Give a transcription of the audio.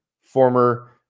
former